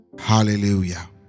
hallelujah